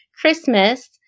Christmas